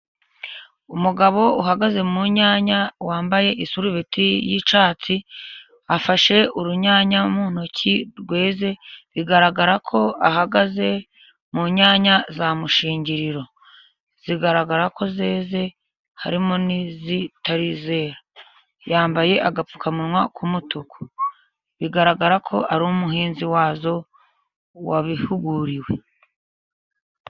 Umugabo uhagaze mu nyanya wambaye isurubeti y'icyatsi, afashe urunyanya mu ntoki rweze. Bigaragara ko ahagaze mu nyanya za mushingiriro. Zigaragara ko zeze. Harimo n'izitarizera. Yambaye agapfukamunwa k'umutuku bigaragara ko ari umuhinzi wazo wabihuguriwe.